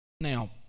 Now